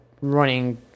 running